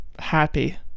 happy